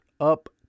up